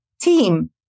team